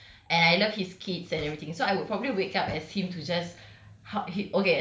and I love his kids and everything so I would probably wake up as him to just